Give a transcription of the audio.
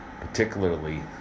particularly